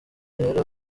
rero